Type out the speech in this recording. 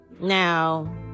now